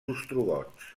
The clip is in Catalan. ostrogots